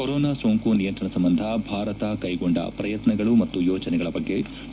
corona ಸೋಂಕು ನಿಯಂತ್ರಣ ಸಂಬಂಧ ಭಾರತ ಕೈಗೊಂಡ ಪ್ರಯತ್ನಗಳು ಮತ್ತು ಯೋಜನೆಗಳ ಬಗ್ಗೆ ಡಾ